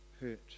hurt